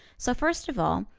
so first of all,